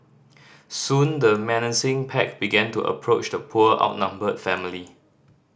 soon the menacing pack began to approach the poor outnumbered family